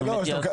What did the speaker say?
אנחנו מתייעצים.